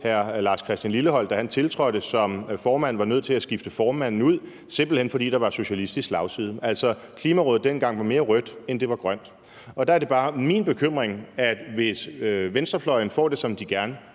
hr. Lars Christian Lilleholt, da han tiltrådte som formand, var nødt til at skifte formanden ud, simpelt hen fordi der var socialistisk slagside. Klimarådet dengang var mere rødt, end det var grønt. Og der er det bare min bekymring, at hvis venstrefløjen får det, som de gerne